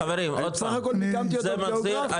חברים עוד פעם, זה מחזיר,